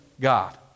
God